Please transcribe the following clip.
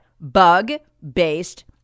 Bug-based